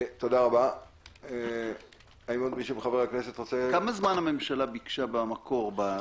כמה זמן הממשלה ביקשה במקור?